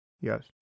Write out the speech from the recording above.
Yes